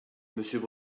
monsieur